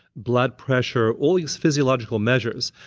blood pressure all these physiological measures,